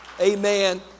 Amen